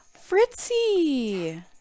Fritzy